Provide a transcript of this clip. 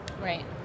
right